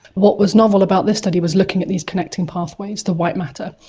what was novel about this study was looking at these connecting pathways, the white matter,